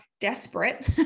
desperate